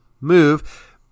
move